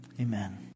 amen